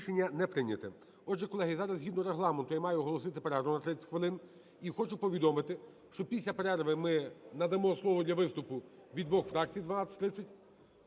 12:03:02 ГОЛОВУЮЧИЙ. Отже, колеги, зараз згідно Регламенту, я маю оголосити перерву на 30 хвилин. І хочу повідомити, що після перерви ми надамо слово для виступу від двох фракцій, в 12:30,